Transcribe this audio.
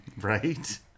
right